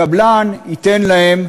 הקבלן ייתן להם